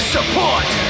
Support